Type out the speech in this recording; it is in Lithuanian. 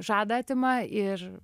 žadą atima ir